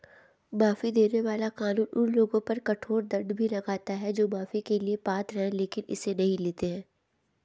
माफी देने वाला कानून उन लोगों पर कठोर दंड भी लगाता है जो माफी के लिए पात्र हैं लेकिन इसे नहीं लेते हैं